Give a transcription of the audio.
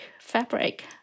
fabric